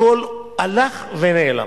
הכול הלך ונעלם.